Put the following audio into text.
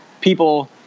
people